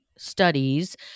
studies